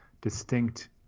distinct